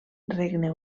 regne